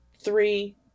Three